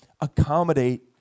accommodate